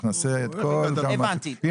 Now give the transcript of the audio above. הנה,